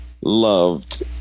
loved